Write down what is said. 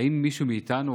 האם מישהו מאיתנו,